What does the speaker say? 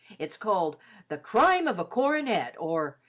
it's called the crime of a coronet or,